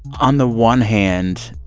on the one hand,